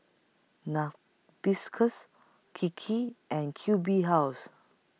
Narcissus Kiki and Q B House